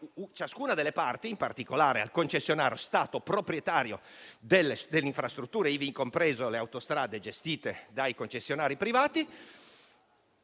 ciascuna delle parti, in particolare al concessionario Stato, proprietario delle infrastrutture, ivi comprese le autostrade gestite dai concessionari privati,